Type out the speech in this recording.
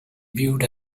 viewed